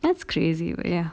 that's crazy but ya